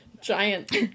giant